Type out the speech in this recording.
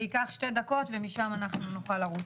זה יקח שתי דקות ומשם אנחנו נוכל לרוץ.